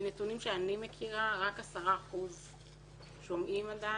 מנתונים שאני מכירה, רק 10% שומעים עדין.